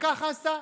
וככה עשה,